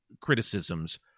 criticisms